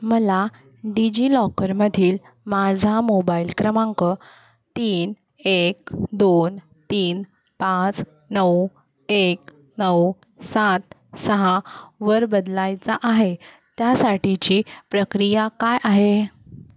मला डिजिलॉकरमधील माझा मोबाईल क्रमांक तीन एक दोन तीन पाच नऊ एक नऊ सात सहा वर बदलायचा आहे त्यासाठीची प्रक्रिया काय आहे